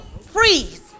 Freeze